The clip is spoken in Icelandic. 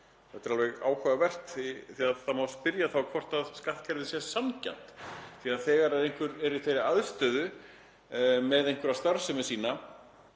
Þetta er alveg áhugavert því það má þá spyrja hvort skattkerfið sé sanngjarnt því þegar einhver er í þeirri aðstöðu með einhverja starfsemi sína